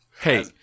Hey